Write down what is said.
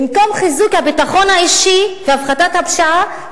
במקום חיזוק הביטחון האישי והפחתת הפשיעה,